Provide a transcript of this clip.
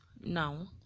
Now